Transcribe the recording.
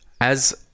As-